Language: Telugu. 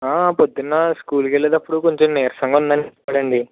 పొద్దున్న స్కూల్కు వెళ్ళేటప్పుడు కొంచెం నీరసంగా ఉందని చెప్పాడండి